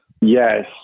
Yes